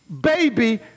baby